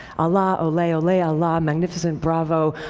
allah, ole, ole, allah, magnificent, bravo,